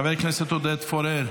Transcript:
חבר הכנסת עודד פורר,